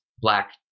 black